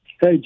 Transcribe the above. Hey